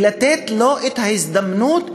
לתת לו את ההזדמנות,